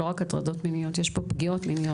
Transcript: לא רק הטרדות מיניות, יש פה גם פגיעות מיניות.